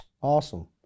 Awesome